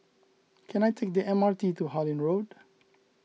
can I take the M R T to Harlyn Road